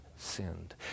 Sinned